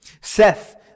Seth